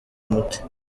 umuti